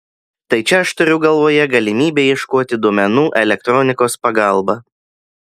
tai čia aš turiu galvoje galimybę ieškoti duomenų elektronikos pagalba